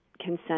consent